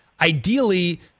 ideally